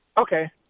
Okay